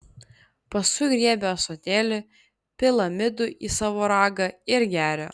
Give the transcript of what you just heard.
paskui griebia ąsotėlį pila midų į savo ragą ir geria